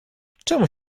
czemu